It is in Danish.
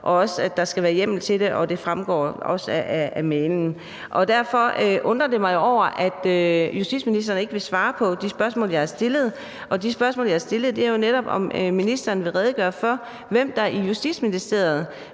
og der skal også være hjemmel til det – det fremgår også af e-mailen. Derfor undrer det mig, at justitsministeren ikke vil svare på despørgsmål, jeg har stillet. De spørgsmål, jeg har stillet, handler jo netop om, om ministeren vil redegøre for, hvem der i Justitsministeriet